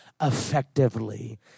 effectively